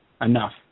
Enough